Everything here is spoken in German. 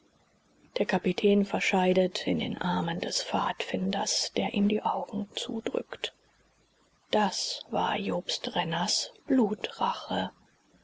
der kapitän verscheidet in den armen des pfadfinders der ihm die augen zudrückt das war jobst renners blutrache